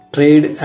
Trade